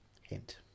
hint